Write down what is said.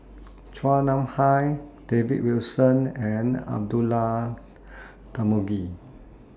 Chua Nam Hai David Wilson and Abdullah Tarmugi